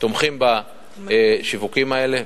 תומכים בשיווקים האלה.